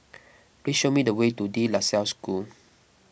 please show me the way to De La Salle School